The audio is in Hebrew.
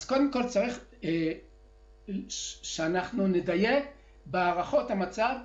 אז קודם כול צריך שאנחנו נדייק בהערכות המצב,